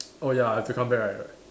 oh ya I have to come back right